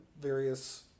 various